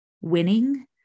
winning